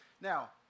Now